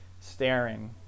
staring